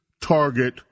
target